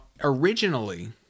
originally